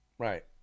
Right